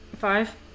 Five